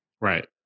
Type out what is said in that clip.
Right